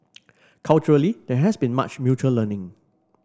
culturally there has been much mutual learning